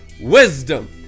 wisdom